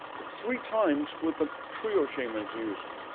it's three times what the trio shaman's using,